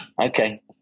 okay